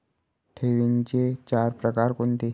ठेवींचे चार प्रकार कोणते?